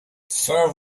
serve